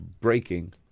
breaking